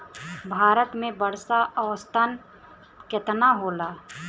भारत में वर्षा औसतन केतना होला?